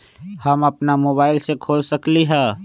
हम अपना मोबाइल से खोल सकली ह?